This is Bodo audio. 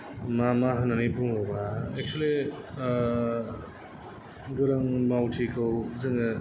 मा मा होन्नानै बुङोबा एक्सुलि गोरों मावथिखौ जोङो